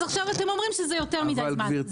אז עכשיו אתם אומרים שזה יותר מידי זמן,